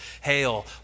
hail